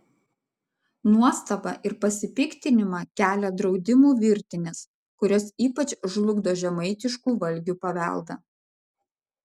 nuostabą ir pasipiktinimą kelia draudimų virtinės kurios ypač žlugdo žemaitiškų valgių paveldą